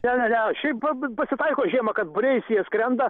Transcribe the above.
ne ne ne šiaip pa pasitaiko žiemą kad būriais jie skrenda